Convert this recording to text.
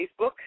Facebook